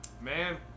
man